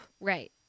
Right